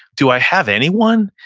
do i have anyone?